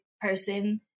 person